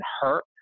hurt